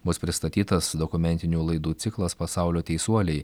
bus pristatytas dokumentinių laidų ciklas pasaulio teisuoliai